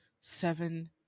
seven